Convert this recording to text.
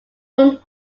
whom